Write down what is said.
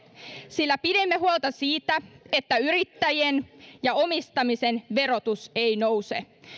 sillä pidimme huolta siitä että yrittäjien ja omistamisen verotus ei nouse